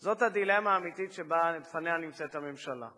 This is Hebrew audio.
זאת הדילמה האמיתית שלפניה הממשלה נמצאת.